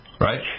Right